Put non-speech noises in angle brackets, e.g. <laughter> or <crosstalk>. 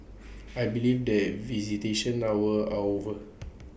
<noise> I believe the visitation hours are over